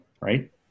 right